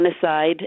genocide